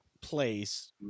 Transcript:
place